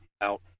out